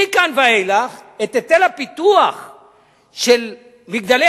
מכאן ואילך את היטל הפיתוח של "מגדלי